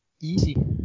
easy